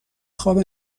خواب